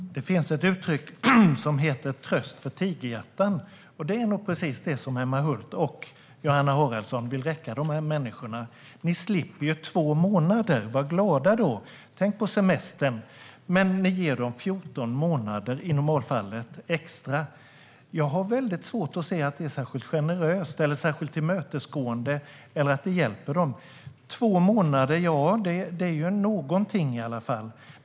Fru talman! Det finns ett uttryck som heter tröst för tigerhjärtan. Det är precis detta som Emma Hult och Johanna Haraldsson vill räcka dessa människor och säga: Ni slipper två månader - var glada då, och tänk på semestern! Men i normalfallet får de 14 månader extra. Jag har väldigt svårt att se att det är särskilt generöst eller tillmötesgående eller att det hjälper dem. Två månader är i alla fall någonting.